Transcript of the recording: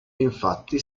infatti